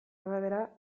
arabera